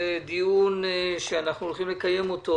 זה דיון שאנחנו הולכים לקיים בנושא: